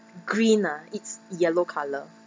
green ah it's yellow colour